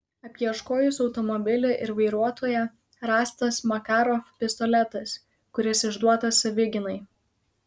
apieškojus automobilį ir vairuotoją rastas makarov pistoletas kuris išduotas savigynai